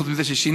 חוץ מזה ששינינו.